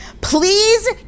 please